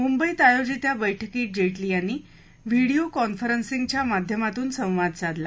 मुंबईत आयोजित या बैठकीत जेटली यांनी व्हिडोओ कॉन्फरन्सिंगच्या माध्यमातून संवाद साधला